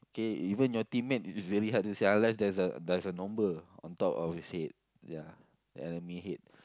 okay even your teammate is very hard to see unless there's a there's a number on top of his head ya the enemy head